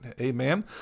amen